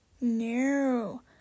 No